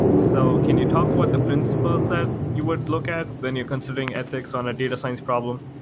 so can you talk what the principles that you would look at when you're considering ethics on a data science problem?